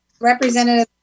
Representative